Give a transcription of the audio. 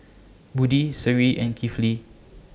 Budi Seri and Kifli